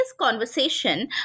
conversation